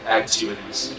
activities